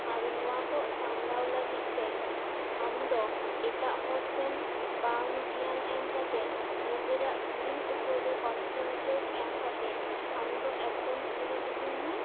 ᱟᱨ ᱱᱚᱶᱟ ᱠᱚ ᱥᱟᱢᱲᱟᱣ ᱞᱟᱹᱜᱤᱫ ᱛᱮ ᱟᱢ ᱫᱚ ᱮᱴᱟᱜ ᱦᱚᱲ ᱥᱮᱱ ᱵᱟᱝ ᱫᱷᱮᱭᱟᱱ ᱮᱢ ᱠᱟᱛᱮ ᱱᱤᱡᱮᱨᱟᱜ ᱥᱮᱹᱨᱮᱹᱧ ᱩᱯᱚᱨ ᱨᱮ ᱠᱚᱱᱥᱮᱱᱴᱨᱮᱴ ᱮᱢ ᱠᱟᱛᱮ ᱟᱢ ᱫᱚ ᱮᱠᱫᱚᱢ ᱥᱮᱹᱨᱮᱹᱧ ᱤᱫᱤᱭ ᱢᱮ